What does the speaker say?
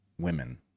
women